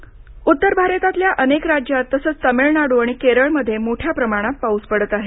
हिमवृष्टी पाऊस उत्तर भारतातल्या अनेक राज्यात तसंच तामिळनाडू आणि केरळमध्ये मोठ्या प्रमाणात पाऊस पडत आहे